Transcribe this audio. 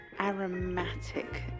aromatic